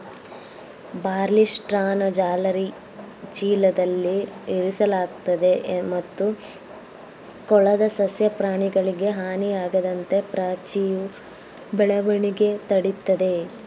ಬಾರ್ಲಿಸ್ಟ್ರಾನ ಜಾಲರಿ ಚೀಲದಲ್ಲಿ ಇರಿಸಲಾಗ್ತದೆ ಮತ್ತು ಕೊಳದ ಸಸ್ಯ ಪ್ರಾಣಿಗಳಿಗೆ ಹಾನಿಯಾಗದಂತೆ ಪಾಚಿಯ ಬೆಳವಣಿಗೆ ತಡಿತದೆ